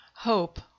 Hope